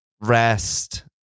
rest